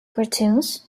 cartoons